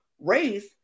race